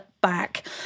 back